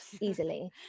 easily